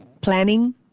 planning